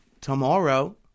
tomorrow